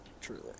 Truly